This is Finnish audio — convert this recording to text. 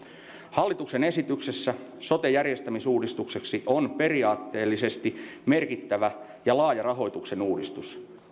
hallituksen esityksessä sote järjestämisuudistukseksi on periaatteellisesti merkittävä ja laaja rahoituksen uudistus